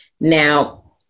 Now